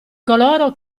coloro